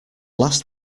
last